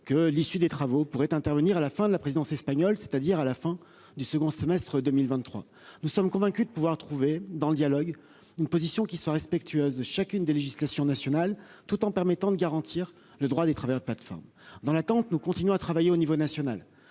que les travaux pourraient aboutir à la fin de la présidence espagnole, c'est-à-dire à la fin du second semestre de 2023. Nous sommes convaincus de pouvoir trouver, dans le dialogue, une position qui soit respectueuse de chacune des législations nationales, tout en permettant de garantir le droit des travailleurs de plateforme. Dans l'attente, nous continuons à travailler à l'échelon national.